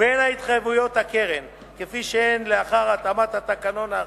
בין התחייבויות הקרן כפי שהן לאחר התאמת התקנון האחיד,